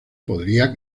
podría